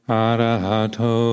arahato